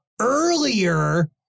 earlier